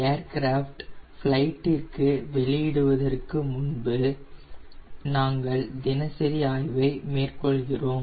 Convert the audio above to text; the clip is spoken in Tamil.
ஏர்கிராஃப்டை ஃபிலைடிற்கு வெளியிடுவதற்கு முன்பு நாங்கள் தினசரி ஆய்வை மேற்கொள்கிறோம்